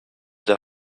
der